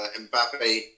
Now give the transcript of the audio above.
Mbappe